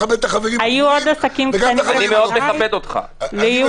היו עסקים קטנים לפניך ויהיו אחריך.